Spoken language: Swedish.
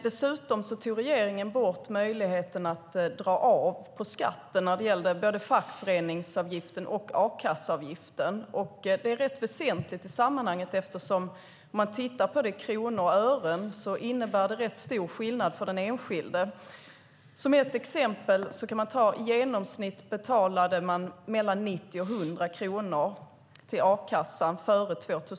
Dessutom tog regeringen bort möjligheten att dra av på skatten både när det gällde fackföreningsavgiften och a-kasseavgiften. Det är rätt väsentligt i sammanhanget, för om man tittar på kronor och ören är det ganska stor skillnad för den enskilde. Som exempel kan jag nämna att man före 2007 betalade mellan 90 och 100 kronor till a-kassan.